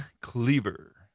Cleaver